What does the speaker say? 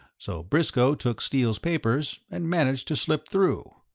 so briscoe took steele's papers and managed to slip through.